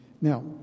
Now